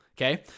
Okay